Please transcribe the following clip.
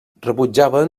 rebutjaven